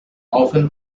often